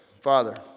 Father